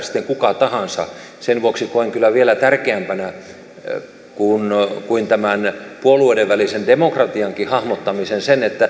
sitten kuka tahansa sen vuoksi koen kyllä vielä tärkeämpänä kuin tämän puolueiden välisen demokratiankin hahmottamisen sen